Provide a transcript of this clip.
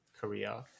Korea